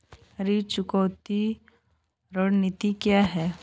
ऋण चुकौती रणनीति क्या है?